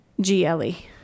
G-L-E